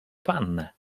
pannę